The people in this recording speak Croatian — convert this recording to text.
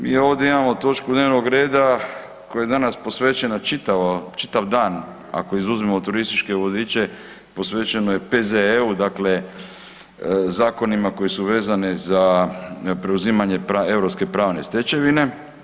Mi ovdje imamo točku dnevnog reda koja je danas posvećena čitava, čitav dan ako izuzmemo turističke vodiče posvećeno je PZEU, dakle zakonima koji su vezani za preuzimanje europske pravne stečevine.